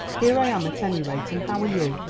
here i am at any rate, and how are you?